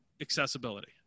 accessibility